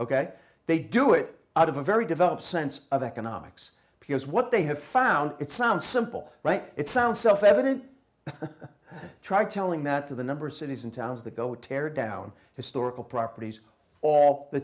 ok they do it out of a very developed sense of economics because what they have found it sounds simple right it sounds self evident but try telling that to the number of cities and towns that go tear down historical properties all the